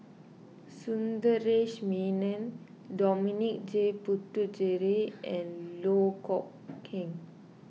Sundaresh Menon Dominic J Puthucheary and Loh Kok Heng